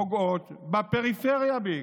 פוגעות בעיקר בפריפריה.